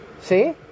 See